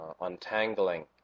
untangling